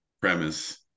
premise